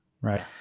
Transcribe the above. Right